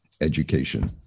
education